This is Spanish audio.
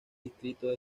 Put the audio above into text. distrito